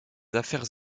affaires